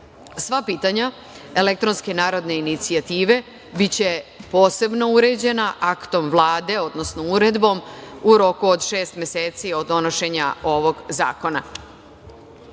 Sva pitanja elektronske narodne inicijative biće posebno uređena aktom Vlade, odnosno uredbom, u roku od šest meseci od donošenja ovog zakona. Sada